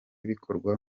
bikorwa